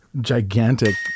gigantic